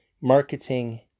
marketing